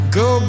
go